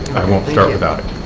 won't start without it.